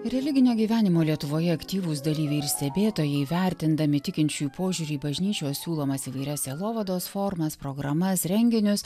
religinio gyvenimo lietuvoje aktyvūs dalyviai ir stebėtojai vertindami tikinčiųjų požiūrį į bažnyčios siūlomas įvairias sielovados formas programas renginius